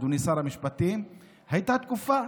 אדוני שר המשפטים, הייתה תקופה,